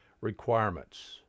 requirements